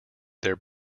their